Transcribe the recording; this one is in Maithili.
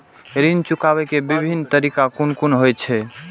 ऋण चुकाबे के विभिन्न तरीका कुन कुन होय छे?